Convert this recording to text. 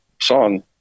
song